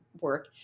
work